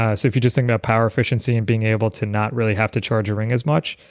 ah so if you just think about power efficiency and being able to not really have to charge a ring as much,